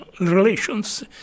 relations